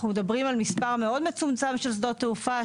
אנחנו מדברים על מספר מאוד מצומצם של שדות תעופה,